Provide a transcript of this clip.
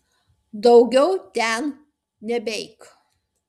daugiau ten nebeik